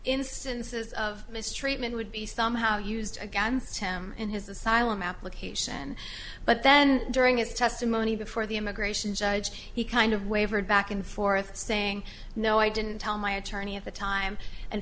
instances of mistreatment would be somehow used against him in his asylum application but then during his testimony before the immigration judge he kind of wavered back and forth saying no i didn't tell my attorney at the time and